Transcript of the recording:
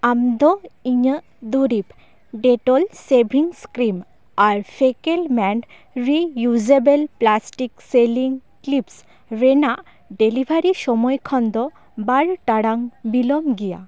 ᱟᱢᱫᱚ ᱤᱧᱟᱹᱜ ᱫᱩᱨᱤᱵ ᱰᱮᱴᱳᱞ ᱥᱮᱵᱷᱤᱝ ᱠᱨᱤᱢ ᱟᱨ ᱯᱷᱮᱠᱮᱞᱢᱮᱱ ᱨᱤᱼᱤᱭᱩᱡᱟᱵᱮᱞ ᱯᱞᱟᱥᱴᱤᱠ ᱥᱮᱞᱤᱝ ᱠᱞᱤᱯᱥ ᱨᱮᱱᱟᱜ ᱰᱮᱞᱤᱵᱷᱟᱨᱤ ᱥᱳᱢᱚᱭ ᱠᱷᱚᱱ ᱫᱚ ᱵᱟᱨ ᱴᱟᱲᱟᱝ ᱵᱤᱞᱚᱢ ᱜᱮᱭᱟ